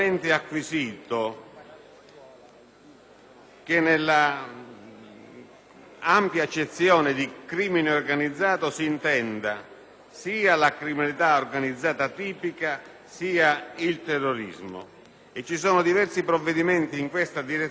che nell'ampia accezione di crimine organizzato si intendano sia la criminalità organizzata tipica sia il terrorismo. Vi sono diversi provvedimenti delle autorità europee